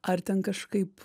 ar ten kažkaip